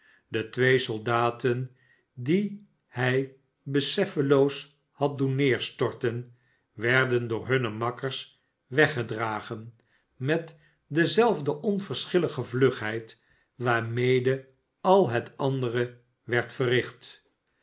de twee soldaten die hij beseffeloos had doen neerstorten werden door hunne makkers weggedragen met dezelfde onverschillige vlugheid waarmede al het andere werd verricht